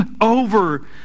over